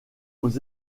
aux